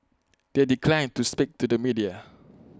they declined to speak to the media